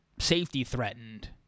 safety-threatened